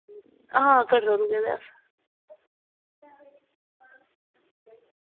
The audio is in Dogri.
हां कटरा रुके दे अस